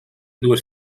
dues